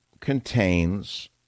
contains